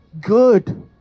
good